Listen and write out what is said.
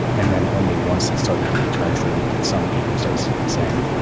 and then only once it started to be translated, did some people start saying,